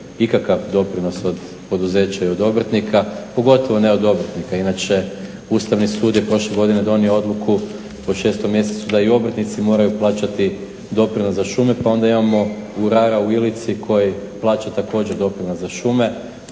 ikakav doprinos od poduzeća i od obrtnika, pogotovo ne od obrtnika. Inače Ustavni sud je prošle godine donio odluku u 6. mjesecu da i obrtnici moraju plaćati doprinos za šume pa onda imamo urara u Ilici koji plaća također doprinos za šume.